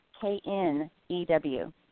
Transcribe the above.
K-N-E-W